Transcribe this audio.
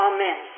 Amen